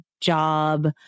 job